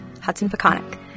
Hudson-Peconic